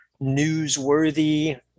newsworthy